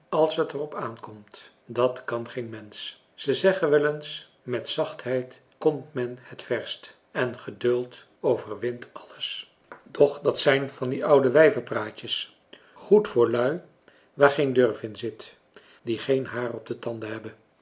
als het er op aankomt dat kan geen mensch ze zeggen wel eens met zachtheid komt men het verst en geduld overwint alles doch dat zijn van die oudwijvenpraatjes goed voor lui waar geen durf in zit die geen haar op de tanden hebben